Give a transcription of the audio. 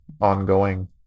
ongoing